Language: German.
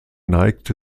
neigte